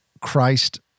Christ